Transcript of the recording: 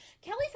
Kelly